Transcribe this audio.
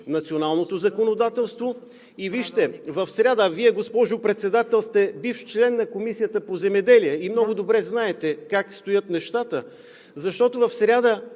националното законодателство. Вижте, в сряда – Вие, госпожо Председател, сте бивш член на Комисията по земеделието и много добре знаете как стоят нещата, защото в сряда,